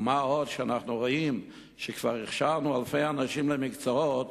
ומה עוד שאנחנו רואים שכבר הכשרנו אלפי אנשים למקצועות,